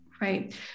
Right